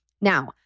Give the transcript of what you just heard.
Now